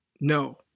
no